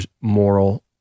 moral